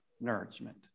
nourishment